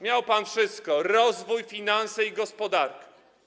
Miał pan wszystko: rozwój, finanse i gospodarkę.